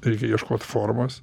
reikia ieškot formos